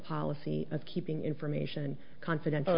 policy of keeping information confidential